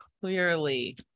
clearly